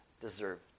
deserve